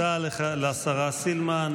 תודה לשרה סילמן.